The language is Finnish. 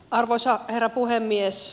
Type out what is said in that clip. arvoisa herra puhemies